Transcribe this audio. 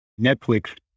netflix